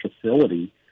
facility